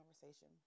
conversation